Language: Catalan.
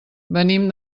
venim